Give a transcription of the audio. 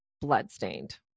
bloodstained